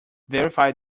verify